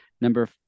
number